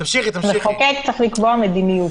לקבוע מדיניות.